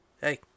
hey